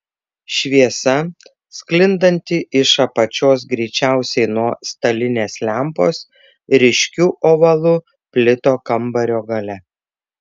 šviesa sklindanti iš apačios greičiausiai nuo stalinės lempos ryškiu ovalu plito kambario gale